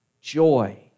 joy